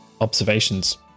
observations